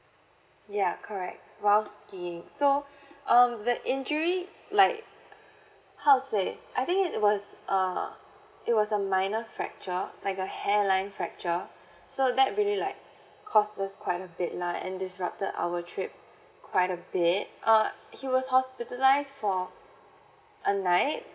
ya correct while skiing so um the injury like how to say I think it was a it was a minor fracture like a hairline fracture so that really like cost us quite a bit lah and disrupted our trip quite a bit uh he was hospitalised for a night